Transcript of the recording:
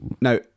Now